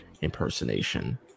impersonation